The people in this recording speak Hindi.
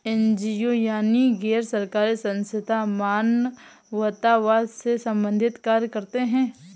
एन.जी.ओ यानी गैर सरकारी संस्थान मानवतावाद से संबंधित कार्य करते हैं